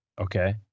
Okay